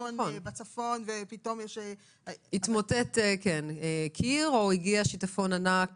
שיטפון בצפון --- נניח התמוטט קיר או הגיע שיטפון ענק